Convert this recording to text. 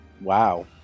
Wow